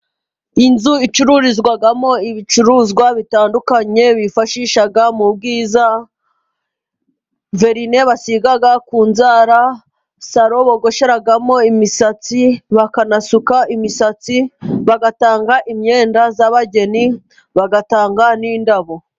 Inzu icururizwamo ibicuruzwa bitandukanye bifashisha mu bwiza, verine basigaga ku nzara, salo bogosheramo imisatsi bakanasuka imisats,i bagatanga imyenda y'abageni, bagatanga n'indabo.